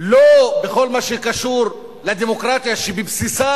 לא בכל מה שקשור לדמוקרטיה שבבסיסה,